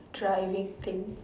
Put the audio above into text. driving thing